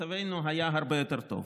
מצבנו היה הרבה יותר טוב.